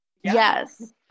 Yes